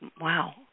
Wow